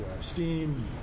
steam